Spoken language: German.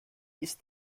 ist